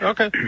Okay